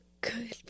good